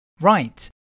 Right